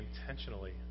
intentionally